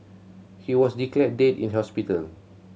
he was declared dead in hospital